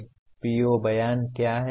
PO बयान क्या है